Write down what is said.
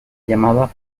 llamaba